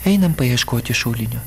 einam paieškoti šulinio